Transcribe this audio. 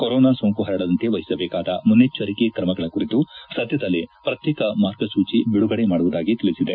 corona ಸೋಂಕು ಹರಡದಂತೆ ವಹಿಸಬೇಕಾದ ಮುನ್ನೆಚ್ಚರಿಕೆ ತ್ರಮಗಳ ಕುರಿತು ಸದ್ದದಲ್ಲೇ ಪ್ರತ್ಯೇಕ ಮಾರ್ಗಸೂಚಿ ಬಿಡುಗಡೆ ಮಾಡುವುದಾಗಿ ತಿಳಿಸಿದೆ